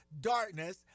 Darkness